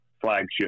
flagship